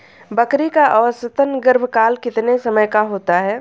बकरी का औसतन गर्भकाल कितने समय का होता है?